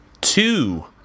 two